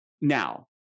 now